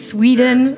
Sweden